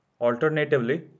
Alternatively